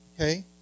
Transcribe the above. okay